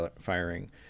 firing